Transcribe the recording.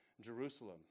Jerusalem